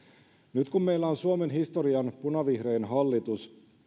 nyt kun meillä on suomen historian punavihrein hallitus